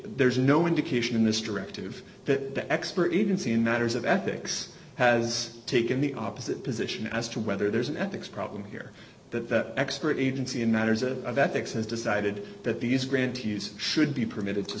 there's no indication in this directive that the expert agency in matters of ethics has taken the opposite position as to whether there's an ethics problem here that expert agency in matters of of ethics has decided that these grants should be permitted to